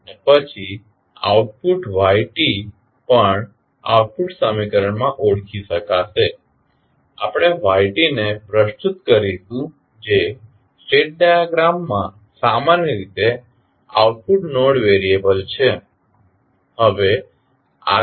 અને પછી output y પણ આઉટપુટ સમીકરણમાં ઓળખી શકાશે આપણે y ને પ્રસ્તુત કરીશું જે સ્ટેટ ડાયાગ્રામમાં સામાન્ય રીતે આઉટપુટ નોડ વેરિયેબલ છે